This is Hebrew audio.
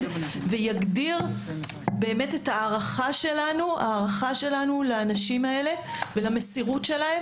ויגדיר את ההערכה שלנו לאנשים האלה ולמסירותם,